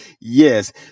Yes